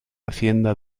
hacienda